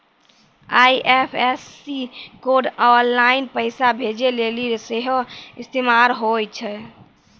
IFSC code online पैसा भेजै लेली सेहो इस्तेमाल होय छै